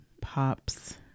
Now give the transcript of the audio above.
Pops